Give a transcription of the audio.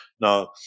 Now